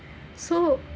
so